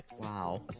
Wow